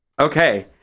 Okay